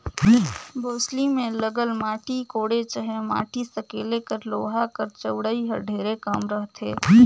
बउसली मे लगल माटी कोड़े चहे माटी सकेले कर लोहा कर चउड़ई हर ढेरे कम रहथे